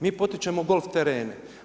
Mi potičemo golf terene.